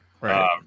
Right